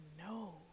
No